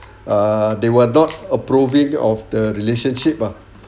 uh they were not approving of the relationship ah